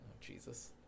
Jesus